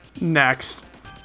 Next